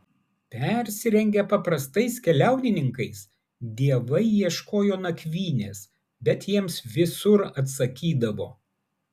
persirengę paprastais keliauninkais dievai ieškojo nakvynės bet jiems visur atsakydavo